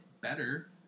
better